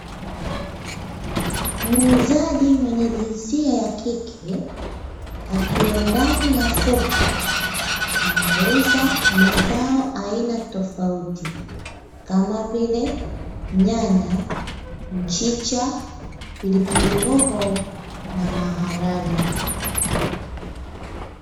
Muuzaji mwenye jinsia ya kike akiwa ndani ya soko, anauza mazao aina tofauti, kama vile: nyanya, mchicha, pilipili hoho na maharage.